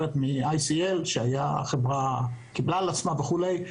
עורכת הדין שמייצגת את ICL אמרה שהחברה קיבלה על עצמה וכולי,